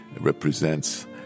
represents